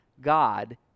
God